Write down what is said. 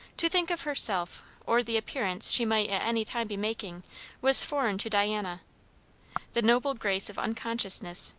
to think of herself or the appearance she might at any time be making was foreign to diana the noble grace of unconsciousness,